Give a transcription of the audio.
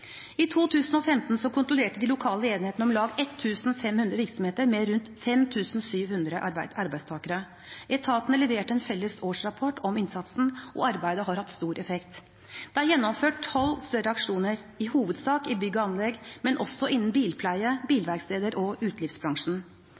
I 2015 kontrollerte de lokale enhetene om lag 1 500 virksomheter med rundt 5 700 arbeidstakere. Etatene leverte en felles årsrapport om innsatsen, og arbeidet har hatt stor effekt. Det er gjennomført tolv større aksjoner, i hovedsak i bygg og anlegg, men også innen bilpleie,